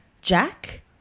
Jack